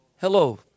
hello